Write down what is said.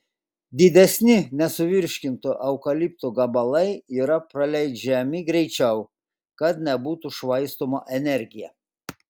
didesni nesuvirškinto eukalipto gabalai yra praleidžiami greičiau kad nebūtų švaistoma energija